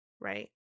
right